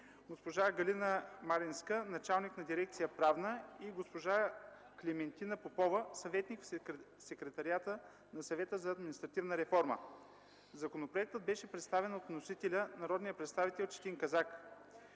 госпожа Галина Мариинска – началник на дирекция „Правна”, и госпожа Клементина Попова – съветник в секретариата на Съвета за административна реформа. Законопроектът беше представен от вносителя - народният представител Четин Казак.